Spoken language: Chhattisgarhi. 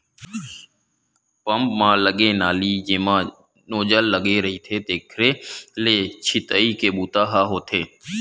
पंप म लगे नली जेमा नोजल लगे रहिथे तेखरे ले छितई के बूता ह होथे